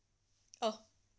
oh